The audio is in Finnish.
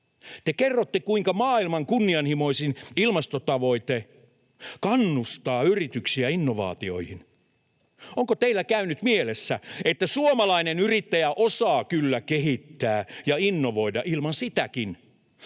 Te kerrotte, kuinka maailman kunnianhimoisin ilmastotavoite kannustaa yrityksiä innovaatioihin. Onko teillä käynyt mielessä, että suomalainen yrittäjä osaa kyllä kehittää ja innovoida ilman sitäkin,